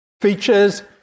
features